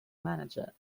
manager